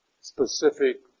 specific